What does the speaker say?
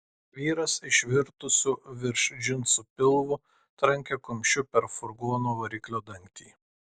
vyras išvirtusiu virš džinsų pilvu trankė kumščiu per furgono variklio dangtį